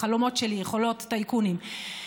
בחלומות שלי יכולות טייקונים,